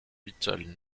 little